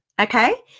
Okay